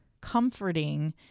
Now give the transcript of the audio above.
comforting